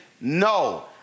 no